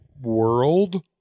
World